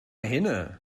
hinne